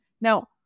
Now